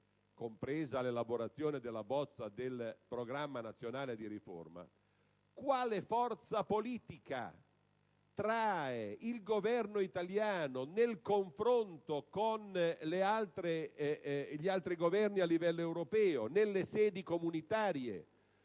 compresa l'elaborazione della bozza del Programma nazionale di riforma, quale forza politica trae il Governo italiano nel confronto con gli altri Governi a livello europeo, nelle sedi comunitarie,